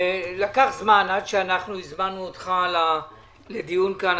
לקח זמן עד שאנחנו הזמנו אותך לדיון כאן,